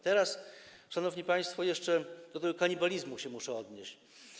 Teraz, szanowni państwo, jeszcze do kwestii tego kanibalizmu się muszę odnieść.